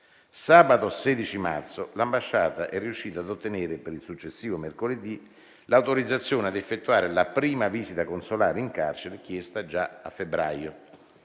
Sabato 16 marzo l'ambasciata è riuscita ad ottenere, per il successivo mercoledì, l'autorizzazione a effettuare la prima visita consolare in carcere, chiesta già a febbraio.